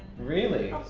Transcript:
really?